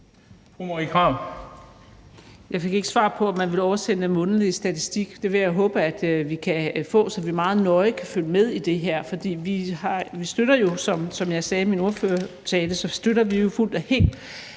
Jeg fik ikke svar på, om man vil oversende en månedlig statistik. Det vil jeg håbe at vi kan få, så vi meget nøje kan følge med i det her, for vi støtter jo fuldt og helt, som jeg sagde i min ordførertale, at man får